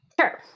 Sure